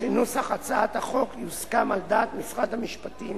שנוסח הצעת החוק יוסכם על דעת משרד המשפטים,